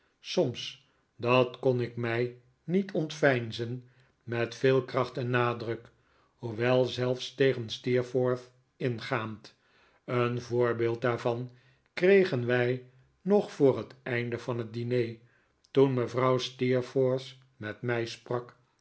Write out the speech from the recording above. soms dat kon ik mij niet ontveinzen met veel kracht en nadruk hoewel zelfs tegen steerforth ingaand een voorbeeld daarvan kregen wij nog voor het einde van het diner toen mevrouw steerforth met mij sprak